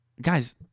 guys